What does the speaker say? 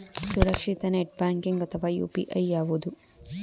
ಸುರಕ್ಷಿತ net banking ಅಥವಾ UPI ಯಾವುದು?